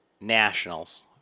nationals